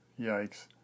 Yikes